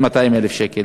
200,000 שקל.